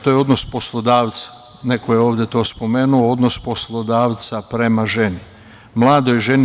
To je odnos poslodavca, neko je ovde to spomenuo, odnos poslodavca prema ženi, mladoj ženi.